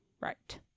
Right